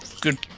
good